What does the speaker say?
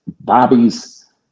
Bobby's